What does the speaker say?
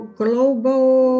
global